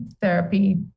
therapy